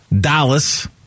Dallas